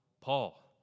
Paul